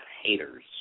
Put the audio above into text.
haters